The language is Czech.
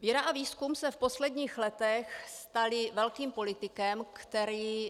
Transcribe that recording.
Věda a výzkum se v posledních letech staly velkým politikem, které